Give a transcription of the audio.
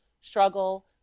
struggle